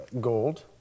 gold